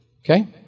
Okay